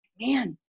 man